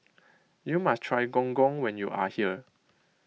you must try Gong Gong when you are here